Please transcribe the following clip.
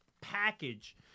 package